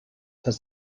has